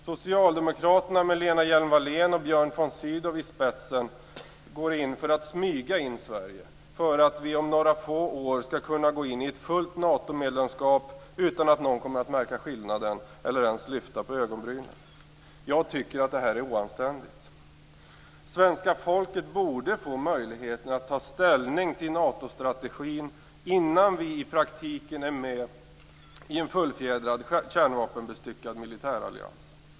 Socialdemokraterna med Lena Hjelm-Wallén och Björn von Sydow i spetsen går in för att smyga in Sverige, för att vi om några få år skall kunna gå in i ett fullt Natomedlemskap utan att någon kommer att märka skillnaden eller ens lyfta på ögonbrynen. Jag tycker att det här är oanständigt. Svenska folket borde få möjlighet att ta ställning till Natostrategin innan vi i praktiken är med i en fullfjädrad kärnvapenbestyckad militärallians.